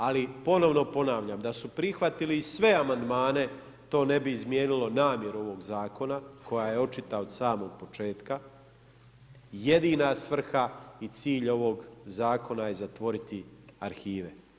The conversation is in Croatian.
Ali ponovno ponavljam da su prihvatili i sve amandmane, to ne bi izmijenilo namjeru ovog zakona, koja je očita od samog početka, jedina svrha i cilj ovog zakona je zatvoriti arhive.